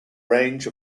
range